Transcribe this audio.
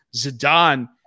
Zidane